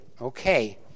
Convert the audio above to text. Okay